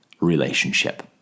relationship